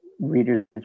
readers